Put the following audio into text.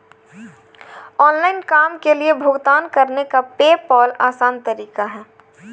online काम के लिए भुगतान करने का पेपॉल आसान तरीका है